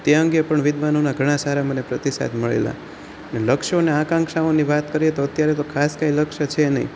તે અંગે પણ વિદ્વાનોના ઘણા સારા મને પ્રતિસાદ મળેલા લક્ષ્યો ને આકાંક્ષાઓની વાત કરીએ તો અત્યારે તો ખાસ કંઈ લક્ષ્ય છે નહીં